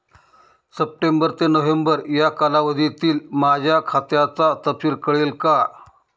September ते November या कालावधीतील माझ्या खात्याचा तपशील कळेल का?